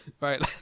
Right